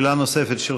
שאלה נוספת שלך.